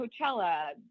Coachella